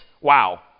Wow